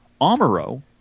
Amaro